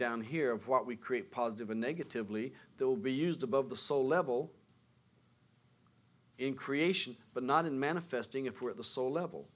down here of what we create positive and negatively there will be used above the soul level in creation but not in manifesting it for the soul level